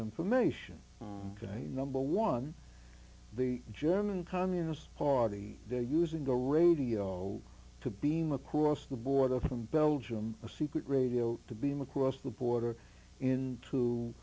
information number one the german communist party they're using the radio to beam across the border from belgium a secret radio to beam across the border into